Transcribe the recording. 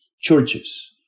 churches